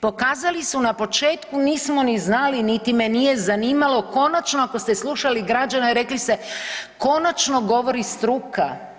Pokazali su na početku nismo ni znali niti me nije zanimalo konačno ako ste slušali građane, rekli ste konačno govori struka.